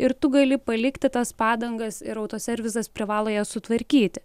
ir tu gali palikti tas padangas ir autoservisas privalo jas sutvarkyti